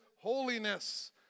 holiness